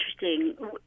interesting